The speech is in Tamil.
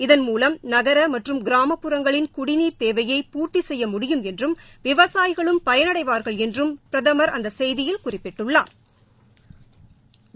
இதன் மூலம் நகர மற்றும் கிராமப்புறங்களின் குடிநீர் தேவையை பூர்த்தி செய்ய முடியும் என்றும் விவசாயிகளும் பயனடைவார்கள் என்றும் பிரதமா் அந்த செய்தியில் குறிப்பிட்டுள்ளாா்